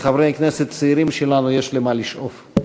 לחברי הכנסת הצעירים שלנו יש למה לשאוף.